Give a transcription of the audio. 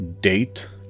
date